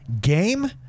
game